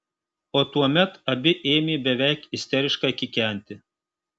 o tuomet abi ėmė beveik isteriškai kikenti